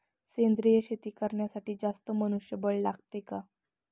सेंद्रिय शेती करण्यासाठी जास्त मनुष्यबळ लागते का?